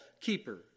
keeper